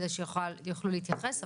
כדי שיוכלו להתייחס.